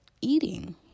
Eating